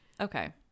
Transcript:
Okay